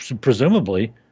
presumably